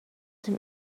dem